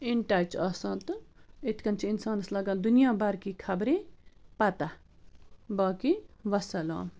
in touch آسان تہٕ یِتھ کٔنۍ چھِ اِنسانس لَگان دُنیا بھر کی خبریں پَتہ باقی وَسَلام